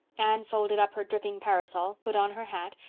anne folded up her dripping parasol, put on her hat,